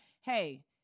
hey